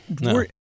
no